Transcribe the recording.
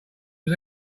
was